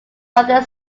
rather